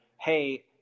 Hey